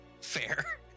Fair